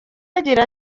agira